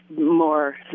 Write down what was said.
more